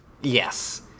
Yes